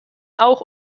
auch